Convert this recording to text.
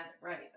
right